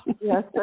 yes